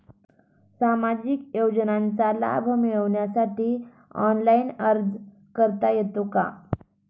सामाजिक योजनांचा लाभ मिळवण्यासाठी ऑनलाइन अर्ज करता येतो का?